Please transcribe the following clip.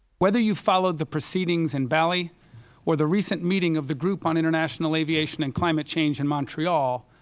whether you followed the proceedings in bali or the recent meeting of the group on international aviation and climate change in montreal,